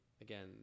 again